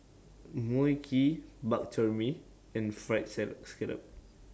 Mui Kee Bak Chor Mee and Fried Scallop